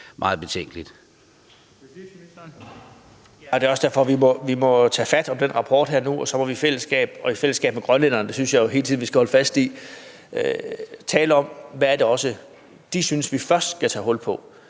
Det er også derfor, vi må tage fat på den rapport her og nu, og så må vi i fællesskab med grønlænderne – og det synes jeg jo hele tiden vi skal holde fast i – tale om, hvad det er, de synes vi først skal tage hul på,